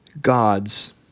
gods